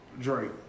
Drake